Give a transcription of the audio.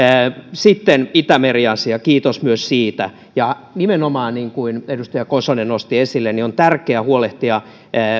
sitten itämeri asia kiitos myös siitä ja nimenomaan niin kuin edustaja kosonen nosti esille on tärkeää huolehtia